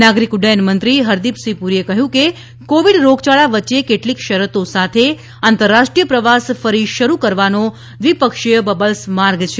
નાગરિક ઉડ્ડયન મંત્રી હરદીપસિંહ પુરીએ કહ્યું કે કોવિડ રોગયાળા વચ્ચે કેટલીક શરતો સાથે આંતરરાષ્ટ્રીય પ્રવાસ ફરી શરૂ કરવાનો દ્વિપક્ષીય બબલ્સ માર્ગ છે